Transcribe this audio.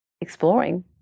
exploring